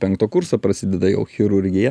penkto kurso prasideda jau chirurgija